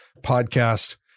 podcast